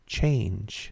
Change